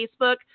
Facebook